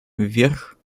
вверх